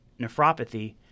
nephropathy